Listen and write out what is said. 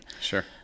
Sure